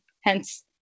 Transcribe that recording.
hence